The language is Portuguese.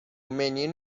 menino